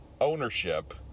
ownership